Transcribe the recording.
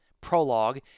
prologue